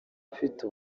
afite